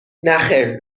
نخیر